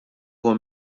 huwa